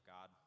God